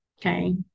Okay